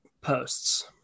posts